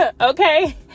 okay